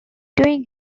doing